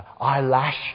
eyelash